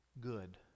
good